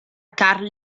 karl